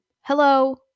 hello